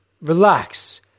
Relax